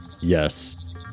Yes